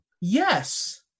Yes